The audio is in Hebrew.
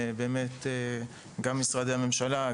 גם משרדי הממשלה,